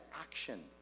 action